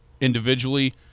individually